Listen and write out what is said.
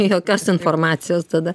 jokios informacijos tada